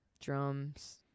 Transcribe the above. drums